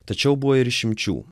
tačiau buvo ir išimčių